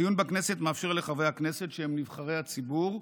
הדיון בכנסת מאפשר לחברי הכנסת, שהם נבחרי הציבור,